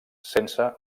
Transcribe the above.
sense